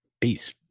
peace